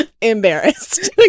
embarrassed